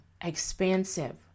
expansive